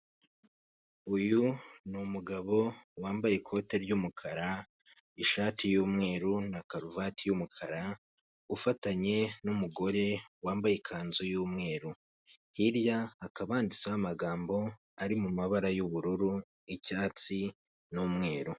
Uyu ni umugabo wambaye ikote ry'umukara ishati y'umweru na karuvati y'umukara ufatanye n'umugore wambaye ikanzu y'umweru hirya hakaba handitseho amagambo ari mu mabara y'ubururu icyatsi n'umweru.